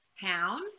town